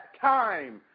time